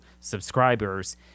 subscribers